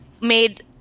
made